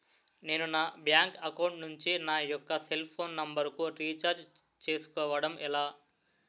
నేను నా bank account నుంచి నా యెక్క సెల్ ఫోన్ నంబర్ కు రీఛార్జ్ చేసుకోవడం ఎలా?